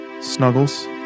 Snuggles